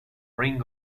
ring